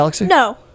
No